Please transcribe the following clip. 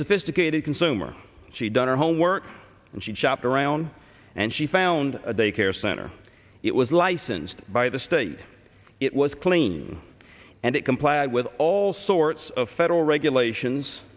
sophisticated consumer she done her homework and she shopped around and she found a daycare center it was licensed by the state it was clean and it complied with all sorts of federal regulations